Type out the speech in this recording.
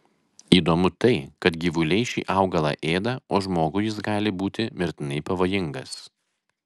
įdomu tai kad gyvuliai šį augalą ėda o žmogui jis gali būti mirtinai pavojingas